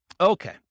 Okay